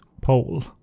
Pole